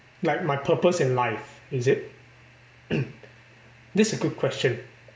like my purpose in life is it this a good question